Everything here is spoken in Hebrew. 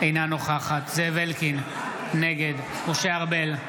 אינה נוכחת זאב אלקין, נגד משה ארבל,